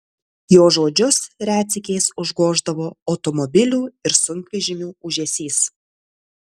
jo žodžius retsykiais užgoždavo automobilių ir sunkvežimių ūžesys